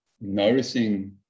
noticing